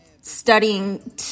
studying